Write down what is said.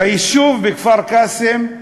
ביישוב כפר-קאסם,